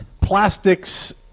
plastics